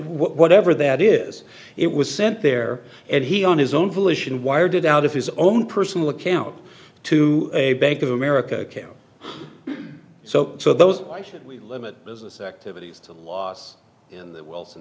whatever that is it was sent there and he on his own volition wired it out of his own personal account to a bank of america ok so so those why should we limit business activities to loss and